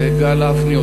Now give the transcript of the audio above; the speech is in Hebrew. גל אבני,